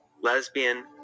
lesbian